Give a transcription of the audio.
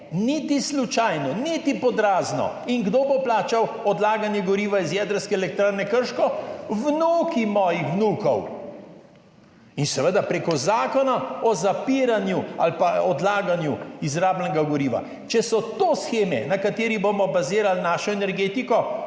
niti slučajno, niti pod razno! In kdo bo plačal odlaganje goriva iz jedrske elektrarne Krško? Vnuki mojih vnukov! Seveda prek zakona o zapiranju ali pa odlaganju izrabljenega goriva. Če so to sheme, na katerih bomo bazirali našo energetiko,